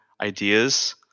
ideas